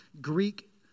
Greek